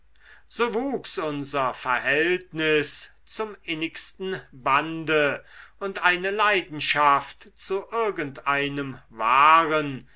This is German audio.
so wuchs unser verhältnis zum innigsten bande und eine leidenschaft zu irgendeinem wahren